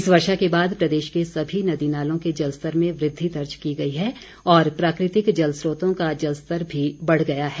इस वर्षा के बाद प्रदेश के सभी नदी नालों के जलस्तर में वृद्धि दर्ज की गई है और प्राकृतिक जलस्रोतों का जलस्तर भी बढ़ गया है